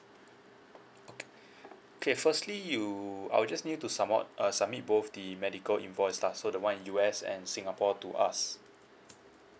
okay firstly you I'll just need to somewhat err submit both the medical invoice lah so the one in U_S and singapore to us